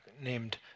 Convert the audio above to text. named